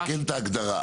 לתקן את ההגדרה,